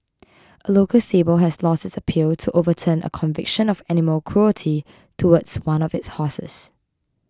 a local stable has lost its appeal to overturn a conviction of animal cruelty towards one of its horses